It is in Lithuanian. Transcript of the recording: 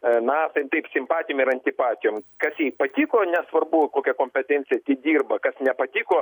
na ten taip simpatijom ir antipatijom kas jai patiko nesvarbu kokia kompetencija dirba kas nepatiko